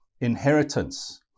inheritance